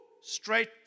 straight